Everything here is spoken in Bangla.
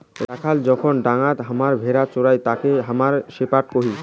রাখাল যখন ডাঙাত খামার ভেড়া চোরাই তাকে হামরা শেপার্ড কহি